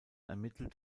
ermittelt